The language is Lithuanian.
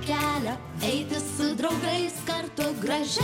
kelią eiti su draugais kartu gražia